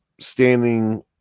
standing